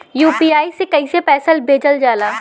UPI से कइसे पैसा भेजल जाला?